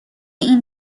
این